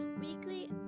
Weekly